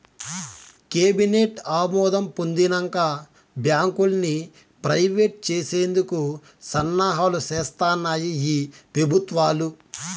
cabinet ఆమోదం పొందినంక బాంకుల్ని ప్రైవేట్ చేసేందుకు సన్నాహాలు సేస్తాన్నాయి ఈ పెబుత్వాలు